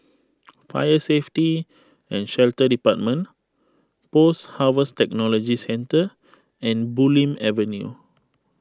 Fire Safety and Shelter Department Post Harvest Technology Centre and Bulim Avenue